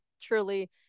truly